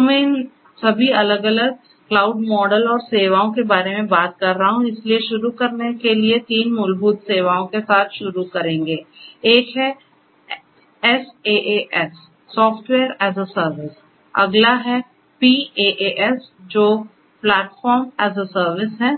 तो मैं इन सभी अलग अलग क्लाउड मॉडल और सेवाओं के बारे में बात कर रहा था इसलिए शुरू करने के लिए तीन मूलभूत सेवाओं के साथ शुरू करेंगे एक है SaaS software as a service अगला है PaaS है जो प्लेटफ़ॉर्म एस ए सर्विस है